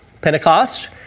Pentecost